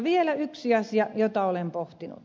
vielä yksi asia joten olen pohtinut